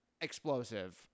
explosive